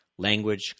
language